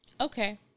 Okay